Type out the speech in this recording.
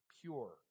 pure